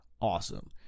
awesome